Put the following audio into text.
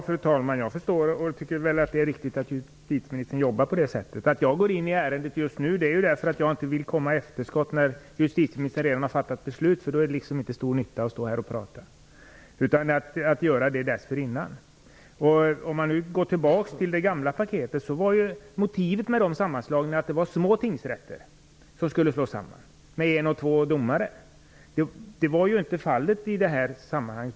Fru talman! Jag förstår detta och tycker att det är riktigt att justitieministern jobbar på det sättet. Anledningen till att jag går in i ärendet just nu är att jag inte vill komma i efterskott när justitieministern redan har fatta beslut, för då är det inte stor nytta med att stå här och prata. Jag vill göra det dessförinnan. Om man går tillbaks till det gamla paketet med förslag var motivet till sammanslagningarna att de tingsrätter som skulle slås samman var små. De hade en eller två domare. Så är inte fallet i detta sammanhang.